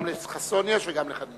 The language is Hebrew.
גם לחסון יש וגם לחנין.